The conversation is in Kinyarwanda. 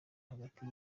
hagati